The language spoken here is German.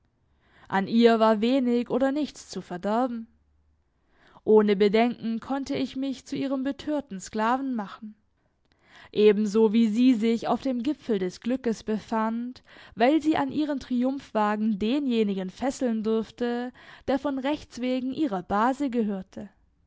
an ihr war wenig oder nichts zu verderben ohne bedenken konnte ich mich zu ihrem betörten sklaven machen ebenso wie sie sich auf dem gipfel des glückes befand weil sie an ihren triumphwagen denjenigen fesseln durfte der von rechts wegen ihrer base gehörte